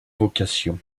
vocations